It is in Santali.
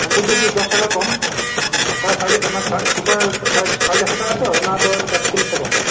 ᱟᱢᱵᱩᱡᱟ ᱫᱚ ᱫᱚᱥᱴᱟᱠᱟ ᱠᱚᱢ ᱥᱩᱯᱟᱨ ᱥᱟ ᱥᱟᱲᱮ ᱪᱟᱨᱥᱚ ᱴᱟᱠᱟ ᱛᱚ ᱚᱱᱟᱫᱚ ᱪᱟᱨᱥᱚ ᱪᱚᱞᱞᱤᱥ ᱴᱟᱠᱟ